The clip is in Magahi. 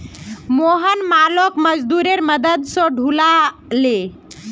मोहन मालोक मजदूरेर मदद स ढूला ले